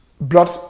blood